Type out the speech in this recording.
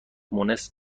مونس